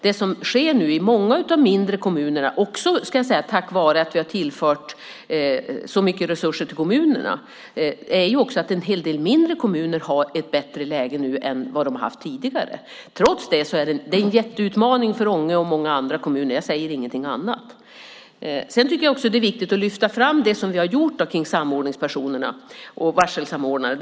Det som sker nu i många av de mindre kommunerna, också, ska jag säga, tack vare att vi har tillfört så mycket resurser till kommunerna, är också att en hel del mindre kommuner har ett bättre läge nu än vad de har haft tidigare. Men det är en jätteutmaning för Ånge och många andra kommuner. Jag säger ingenting annat. Sedan tycker jag också att det är viktigt att lyfta fram det som vi har gjort när det gäller samordningspersonerna och varselsamordnarna.